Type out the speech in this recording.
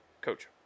Coach